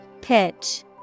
Pitch